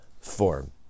form